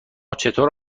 چطور